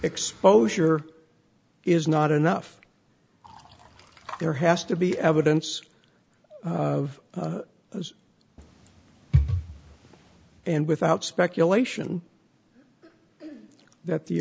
exposure is not enough there has to be evidence of as and without speculation that the